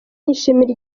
yishimira